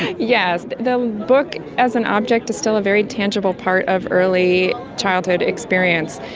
yes, the book as an object is still a very tangible part of early childhood experience.